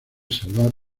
salvar